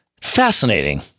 Fascinating